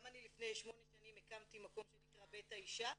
גם אני לפני שמונה שנים הקמתי מקום שנקרא "בית האישה",